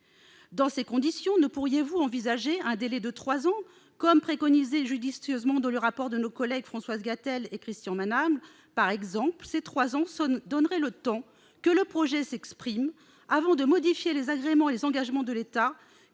Dans ces conditions, ne pourriez-vous envisager un délai de trois ans, comme le préconisait judicieusement le rapport de nos collègues Françoise Gatel et Christian Manable ? Ces trois ans donneraient le temps au projet de s'exprimer avant de modifier les agréments et les engagements de l'État